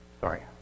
Sorry